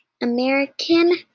American